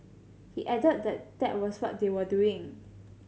he added that that was what they were doing